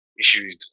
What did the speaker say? issued